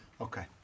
Okay